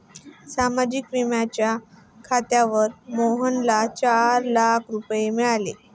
सामाजिक विम्याच्या खात्यावर मोहनला चार लाख रुपये मिळाले